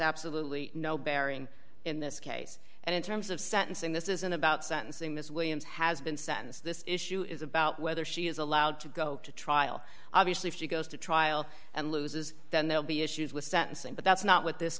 absolutely no bearing in this case and in terms of sentencing this isn't about sentencing miss williams has been sentenced this issue is about whether she is allowed to go to trial obviously if she goes to trial and loses then they'll be issues with sentencing but that's not what this